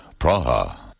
Praha